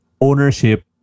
ownership